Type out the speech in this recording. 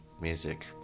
music